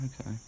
Okay